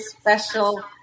special